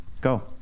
Go